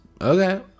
Okay